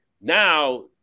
now